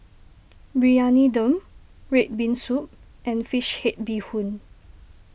Briyani Dum Red Bean Soup and Fish Head Bee Hoon